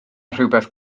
rhywbeth